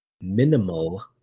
minimal